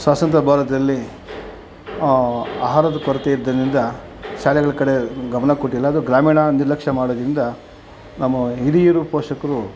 ಸ್ವತಂತ್ರ ಭಾರತದಲ್ಲಿ ಆಹಾರದ ಕೊರತೆ ಇದ್ದದ್ರಿಂದ ಶಾಲೆಗಳ ಕಡೆ ಗಮನ ಕೊಟ್ಟಿಲ್ಲ ಅದೂ ಗ್ರಾಮೀಣ ನಿರ್ಲಕ್ಷ್ಯ ಮಾಡಿದ್ರಿಂದ ನಮ್ಮ ಹಿರಿಯರು ಪೋಷಕರು